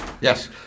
Yes